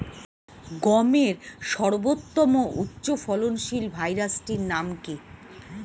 গমের সর্বোত্তম উচ্চফলনশীল ভ্যারাইটি নাম কি?